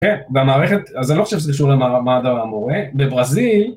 כן, במערכת... אז אני לא חושב שזה קשור למעמד המורה, בברזיל...